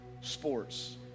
sports